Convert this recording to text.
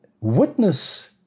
witness